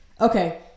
Okay